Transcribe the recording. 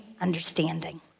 understanding